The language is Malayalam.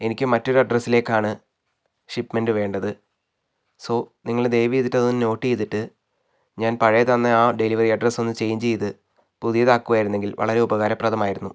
എനിക്ക് മറ്റൊരഡ്രസിലേക്കാണ് ഷിപ്മെൻ്റ് വേണ്ടത് സോ നിങ്ങൾ ദയവ് ചെയ്തിട്ട് അതൊന്ന് നോട്ട് ചെയ്തിട്ട് ഞാൻ പഴയ തന്ന ആ ഡെലിവറി അഡ്രസ് ഒന്ന് ചേഞ്ച് ചെയ്ത് പുതിയത് ആക്കുകയായിരുന്നെങ്കിൽ വളരെ ഉപകാരപ്രദമായിരുന്നു